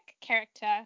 character